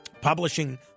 publishing